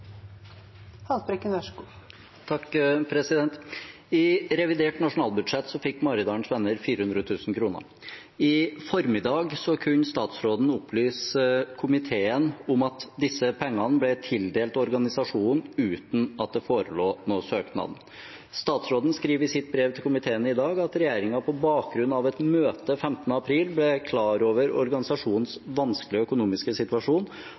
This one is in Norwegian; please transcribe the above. I revidert nasjonalbudsjett fikk Maridalens Venner 400 000 kr. I formiddag kunne statsråden opplyse komiteen om at disse pengene ble tildelt organisasjonen uten at det forelå noen søknad. Statsråden skriver i sitt brev til komiteen i dag at regjeringen på bakgrunn av et møte 15. april ble klar over organisasjonens vanskelige økonomiske situasjon,